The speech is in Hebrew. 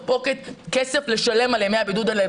pocket כסף לשלם על ימי הבידוד האלה.